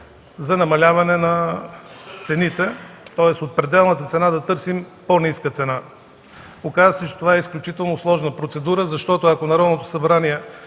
за намаляване на цените. Тоест, от пределната цена да търсим по-ниска цена. Оказа се, че това е изключително сложна процедура, защото ако Народното събрание,